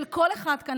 של כל אחד כאן,